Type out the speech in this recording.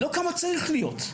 לא כמה צריך להיות.